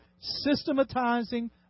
systematizing